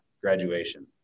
Graduation